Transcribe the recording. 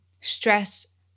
stress